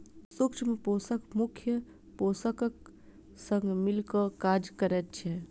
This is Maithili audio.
सूक्ष्म पोषक मुख्य पोषकक संग मिल क काज करैत छै